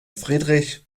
friedrich